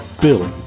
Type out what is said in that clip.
Billy